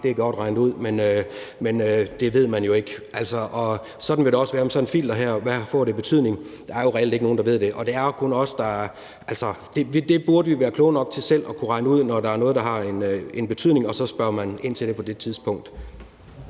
det er godt regnet ud, men det ved man jo ikke. Sådan vil det også være med sådan et filter her, og hvad det får af betydning. Der er jo reelt ikke nogen, der ved det. Og vi burde være kloge nok til selv at kunne regne ud, hvornår der er noget, der har en betydning, og så spørger man ind til det på det tidspunkt.